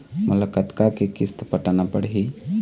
मोला कतका के किस्त पटाना पड़ही?